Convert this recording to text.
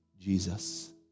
Jesus